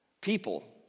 people